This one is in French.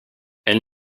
elle